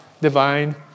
divine